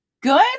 Good